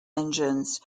engines